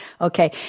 okay